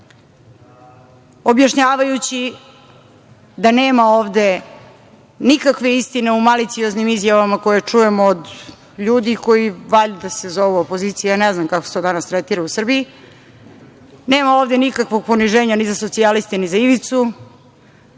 objašnjavajući da nema ovde nikakve istine u malicioznim izjavama koje čujemo od ljudi koji se valjda zovu opozicija, ne znam kako se to danas tretira u Srbiji. Nema ovde nikakvog poniženja ni za socijaliste, ni za Ivicu.